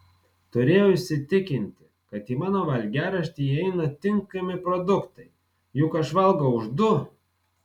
turėjau įsitikinti kad į mano valgiaraštį įeina tinkami produktai juk aš valgau už du